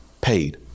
paid